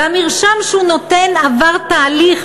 והמרשם שהוא נותן עבר תהליך,